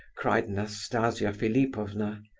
cried nastasia philipovna.